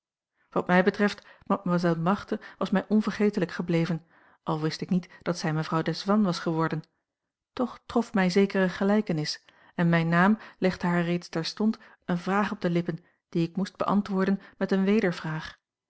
wat mij betreft mademoiselle marthe was mij onvergetelijk gebleven al wist ik niet dat zij mevrouw desvannes was geworden toch trof mij zekere gelijkenis en mijn naam legde haar reeds terstond eene vraag op de lippen die ik moest beantwoorden met eene